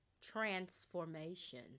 transformation